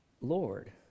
Lord